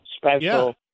Special